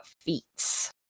feats